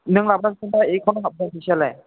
नों लाबोगोन ना एकाउन्टआव हाबगोन फैसायालाय